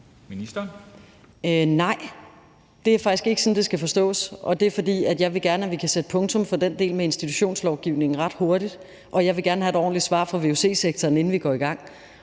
Nej, det er faktisk ikke sådan, det skal forstås. Og det er, fordi jeg gerne vil have, at vi kan sætte punktum for den del med institutionslovgivningen ret hurtigt, og jeg vil gerne have et ordentligt svar fra vuc-sektoren, inden vi går i gang.